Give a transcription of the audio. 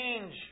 change